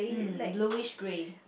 mm bluish grey